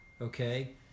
okay